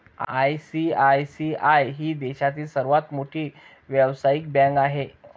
ICICI ही देशातील सर्वात मोठी व्यावसायिक बँक आहे